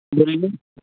बोलिए